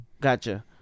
gotcha